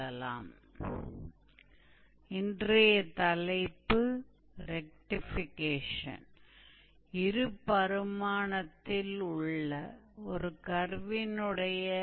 इसलिए आज हम सभी रेक्टीफिकेशन के साथ शुरुआत करेंगे